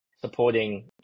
supporting